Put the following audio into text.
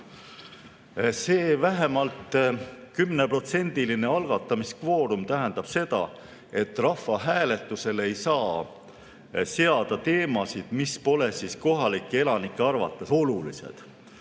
See vähemalt 10%‑line algatamiskvoorum tähendab seda, et rahvahääletusele ei saa seada teemasid, mis pole kohalike elanike arvates olulised.